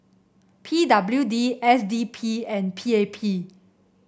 P W D S D P and P A P